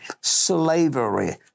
slavery